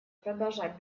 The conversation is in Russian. продолжать